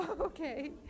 Okay